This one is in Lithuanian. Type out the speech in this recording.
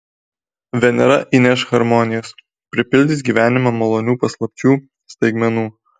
venera įneš harmonijos pripildys gyvenimą malonių paslapčių staigmenų